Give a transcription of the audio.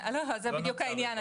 זה בדיוק העניין,